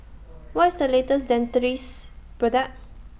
What IS The latest Dentiste Product